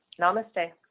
Namaste